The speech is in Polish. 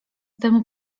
temu